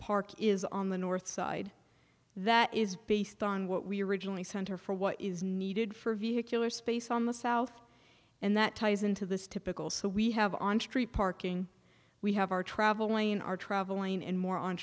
park is on the north side that is based on what we originally center for what is needed for vehicular space on the south and that ties into this typical so we have on street parking we have our travel lane are traveling in more on